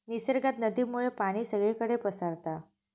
निसर्गात नदीमुळे पाणी सगळीकडे पसारता